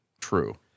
true